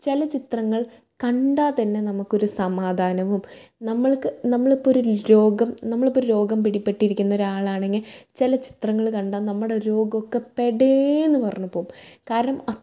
ചില ചിത്രങ്ങൾ കണ്ടാൽ തന്നെ നമുക്കൊരു സമാധാനവും നമ്മൾക്ക് നമ്മൾ ഇപ്പം ഒരു രോഗം നമ്മൾ ഇപ്പം ഒരു രോഗം പിടിപെട്ടിരിക്കുന്ന ഒരാളാണെങ്കിൽ ചില ചിത്രങ്ങള് കണ്ടാൽ നമ്മുടെ രോഗമൊക്കെ പടേന്ന് പറന്ന് പോകും കാരണം